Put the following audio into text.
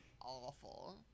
awful